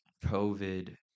covid